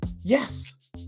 Yes